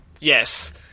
Yes